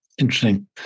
Interesting